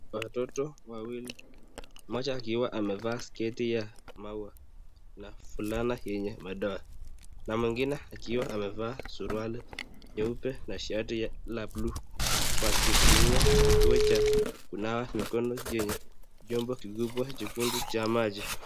Watoto wawili. Mmoja akiwa amevaa sketi ya maua na vulana yenye madoa na mwingine amevaa suruali nyeupe na shati la buluu wakitumia kituo cha kunawa mikono chenye chombo kikubwa jekundu cha maji.